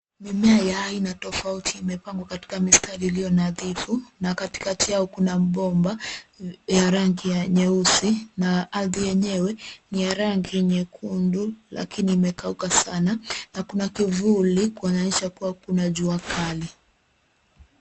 Mimea ya aina tofauti imepangwa katika mistari iliyo nadhifu na katikati yao kuna bomba ya rangi ya nyeusi na ardhi yenyewe ni ya rangi nyekundu, lakini imekauka sana na kuna kivuli kuonyesha kuwa kuna jua kali.